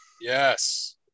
Yes